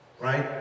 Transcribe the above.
right